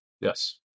Yes